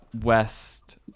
West